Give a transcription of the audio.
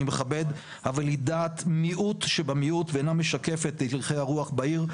מכבד אבל היא דעת מיעוט שבמיעוט ואינה משקפת את הלכי הרוח בעיר,